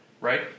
right